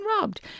robbed